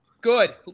Good